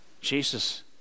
Jesus